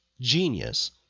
genius